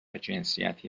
جنسیتی